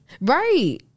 Right